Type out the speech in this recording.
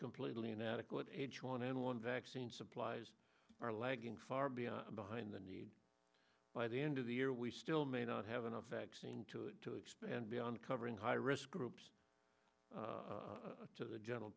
completely inadequate h one n one vaccine supplies are lagging far beyond behind the need by the end of the year we still may not have enough vaccine to it to expand beyond covering high risk groups to the general